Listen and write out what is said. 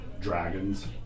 dragons